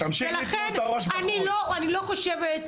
ולכן,